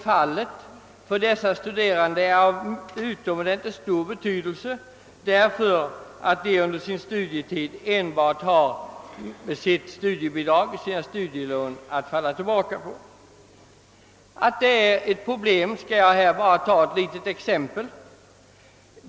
Saken har emellertid utomordentligt stor betydelse för de studerande som under studietiden har enbart studiebidrag eller studielån att falla tillbaka på. Jag skall anföra ett exempel.